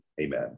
Amen